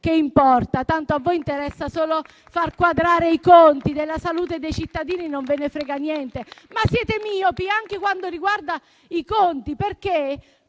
tanto a voi interessa solo far quadrare i conti, mentre della salute dei cittadini non ve ne frega niente. Siete miopi anche per quanto riguarda i conti, perché